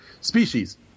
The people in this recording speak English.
species